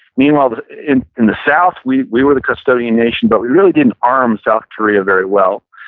meanwhile, but in in the south, we we were the custodian nation but we really didn't arm south korea very well.